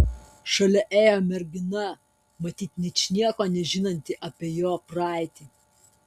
šalia ėjo mergina matyt ničnieko nežinanti apie jo praeitį